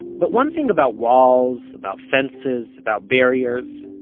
but one thing about walls, about fences, about barriers,